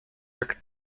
jak